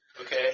Okay